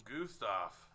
Gustav